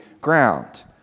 ground